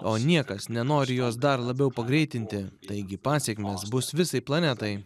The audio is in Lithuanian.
o niekas nenori jos dar labiau pagreitinti taigi pasekmės bus visai planetai